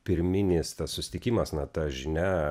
pirminis tas susitikimas na ta žinia